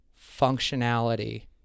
functionality